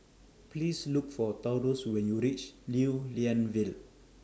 Please Look For Taurus when YOU REACH Lew Lian Vale